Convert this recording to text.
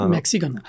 Mexican